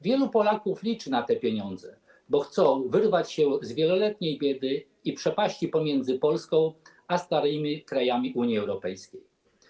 Wielu Polaków liczy na te pieniądze, bo chcą wyrwać się z wieloletniej biedy i przepaści między Polską a starymi krajami Unii Europejskiej.